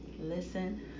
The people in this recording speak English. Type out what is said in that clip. listen